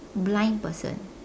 blind person